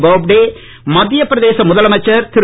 போப்டே மத்திய பிரதேச முதலமைச்சர் திரு